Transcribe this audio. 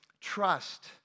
Trust